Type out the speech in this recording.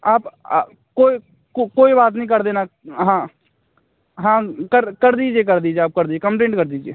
आप कोई कोई बात नहीं कर देना हाँ हाँ कर कर दीजिए कर दीजिए आप कर दीजिए कम्पलेन्ट कर दीजिए